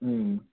ಹ್ಞೂ